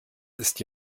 ist